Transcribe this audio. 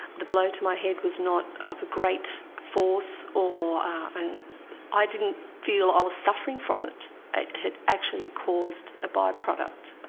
the blow to my head was not of as great force or i didn't feel i was suffering from it. it had actually caused a by product.